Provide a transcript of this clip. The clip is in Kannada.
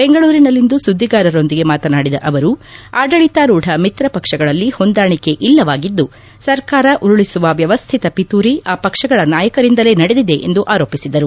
ಬೆಂಗಳೂರಿನಲ್ಲಿಂದು ಸುದ್ದಿಗಾರರೊಂದಿಗೆ ಮಾತನಾಡಿದ ಅವರು ಆಡಳಿತಾರೂಢ ಮಿತ್ರ ಪಕ್ಷಗಳಲ್ಲಿ ಹೊಂದಾಣಿಕೆ ಇಲ್ಲವಾಗಿದ್ದು ಸರ್ಕಾರ ಉರುಳಿಸುವ ವ್ಯವ್ಯಾತ ಪಿತೂರಿ ಆ ಪಕ್ಷಗಳ ನಾಯಕರಿಂದಲೇ ನಡೆದಿದೆ ಎಂದು ಆರೋಪಿಸಿದರು